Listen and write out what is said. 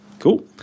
cool